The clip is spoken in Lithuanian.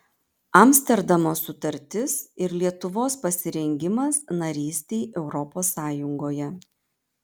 amsterdamo sutartis ir lietuvos pasirengimas narystei europos sąjungoje